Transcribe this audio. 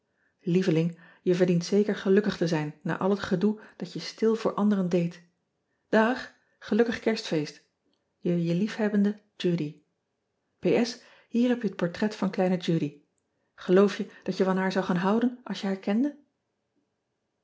ieveling jij verdient zeker ge lukkig te zijn na al het goede dat je stil voor anderen deed ag elukkig erstfeest e je liefhebbende udy ier heb je het portret van kleine udy eloof je dat je van haar zou gaan houden als je